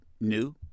new